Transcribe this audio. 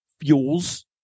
fuels